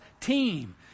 team